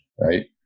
right